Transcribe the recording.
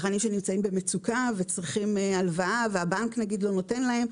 צרכנים שנמצאים במצוקה וצריכים הלוואה והבנק לא נותן להם.